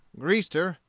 greased her,